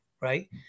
right